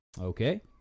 Okay